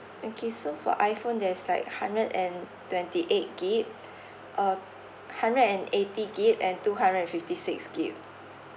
okay so for iPhone there's like hundred and twenty eight gig uh hundred and eighty gig and two hundred and fifty sixty gig